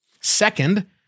Second